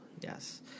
yes